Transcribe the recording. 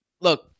Look